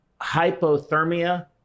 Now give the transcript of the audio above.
Hypothermia